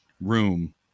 room